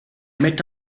met